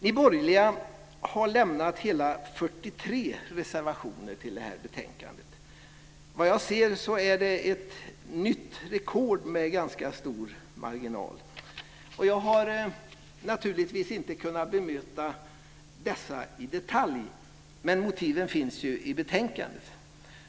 Ni borgerliga har lämnat hela 43 reservationer till det här betänkandet. Såvitt jag kan se är det ett nytt rekord men en ganska stor marginal. Jag har naturligtvis inte kunnat bemöta dessa i detalj, men motiven finns i betänkandet.